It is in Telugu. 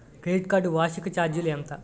క్రెడిట్ కార్డ్ వార్షిక ఛార్జీలు ఎంత?